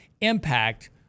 impact